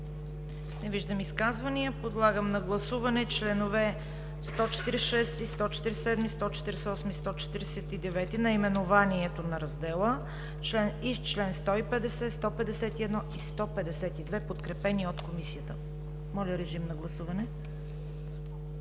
Не виждам. Подлагам на гласуване членове 146, 147, 148 и 149, наименованието на Раздел VΙ и членове от 150, 151 и 152, подкрепени от Комисията. Режим на гласуване.